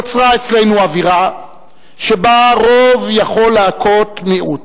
נוצרה אצלנו אווירה שבה רוב יכול להכות מיעוט: